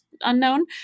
unknown